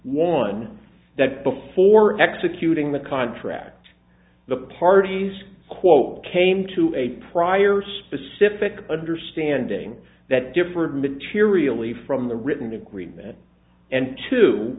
one that before executing the contract the parties quote came to a prior specific understanding that differed materially from the written agreement and t